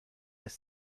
des